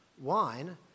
wine